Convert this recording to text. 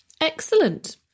Excellent